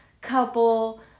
couple